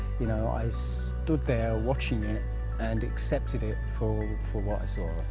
you know, i stood there watching it and accepted it for for what i saw.